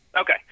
Okay